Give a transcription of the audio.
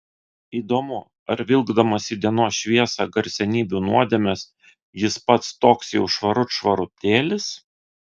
įdomu ar vilkdamas į dienos šviesą garsenybių nuodėmes jis pats toks jau švarut švarutėlis